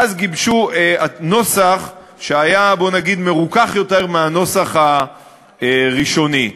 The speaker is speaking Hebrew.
ואז גיבשו נוסח שהיה מרוכך יותר מהנוסח הראשוני.